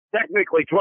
technically